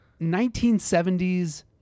1970s